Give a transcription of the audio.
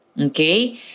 okay